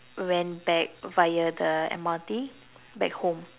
went back via the M_R_T back home